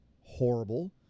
horrible